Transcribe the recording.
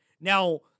Now